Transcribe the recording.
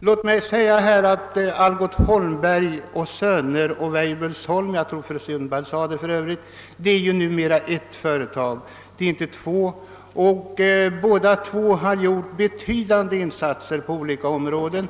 Låt mig säga här att Algot Holmberg och Söner och Weibullsholm — jag tror för övrigt att fru Sundberg nämnde det — numera är ett företag. Det är inte längre två företag. Båda två har gjort betydande insatser på olika områden.